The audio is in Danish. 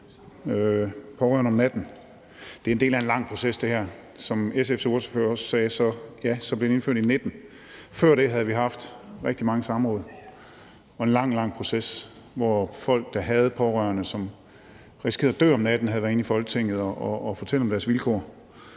pårørende om natten. Det her er en del af en lang proces. Som SF's ordfører også sagde, blev det indført i 2019. Før det havde vi haft rigtig mange samråd og en lang proces, hvor folk, der havde pårørende, som risikerede at dø om natten, havde været inde i Folketinget og fortælle om deres vilkår.